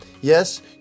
Yes